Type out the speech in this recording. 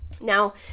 now